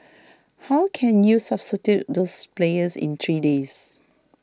how can you substitute those players in three days